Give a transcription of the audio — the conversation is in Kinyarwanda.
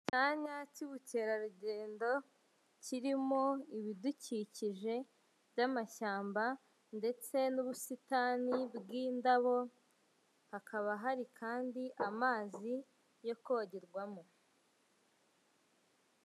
Icya cy'ubukerarugendo kirimo ibidukikije byamashyamba ndetse n'ubusitani bwindabo hakaba hari kandi amazi yo kogerwamo.